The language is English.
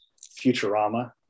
Futurama